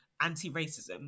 anti-racism